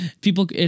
People